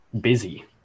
busy